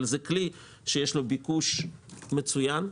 זה כלי שיש לו ביקוש מצוין.